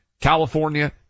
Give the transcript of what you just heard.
California